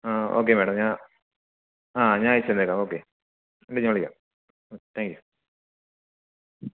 ആ okay madam ഞാന് ആ ഞാന് അയച്ചുതന്നേക്കാം ഓക്കെ എന്നിട്ട് ഞാന് വിളിക്കാം ഉം ടാങ്ക്യൂ